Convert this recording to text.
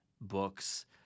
books